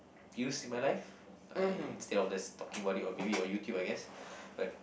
did you see my life uh instead of just talking about it or maybe on YouTube I guess but